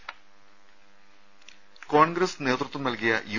രുമ കോൺഗ്രസ് നേതൃത്വം നൽകിയ യു